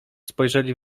spojrzeli